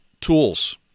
tools